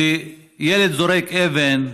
כשילד זורק אבן,